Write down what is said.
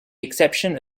exception